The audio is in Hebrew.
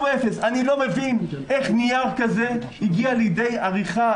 אני לא מבין איך נייר כזה הגיע לידי עריכה,